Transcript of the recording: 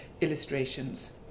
illustrations